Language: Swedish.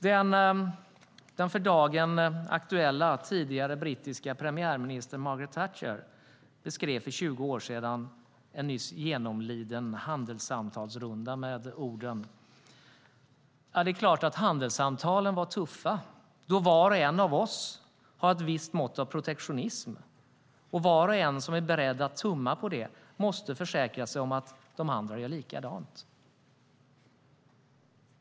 Den för dagen aktuella tidigare brittiska premiärministern Margaret Thatcher beskrev för 20 år sedan en nyss genomliden handelssamtalsrunda med orden: Det är klart att handelssamtalen var tuffa, då var och en av oss har ett visst mått av protektionism. Och var och en som är beredd att tumma på det måste försäkra sig om att de andra gör likadant.